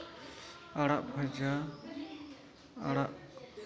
ᱟᱲᱟᱜ ᱵᱷᱟᱡᱟ ᱟᱲᱟᱜ